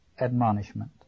admonishment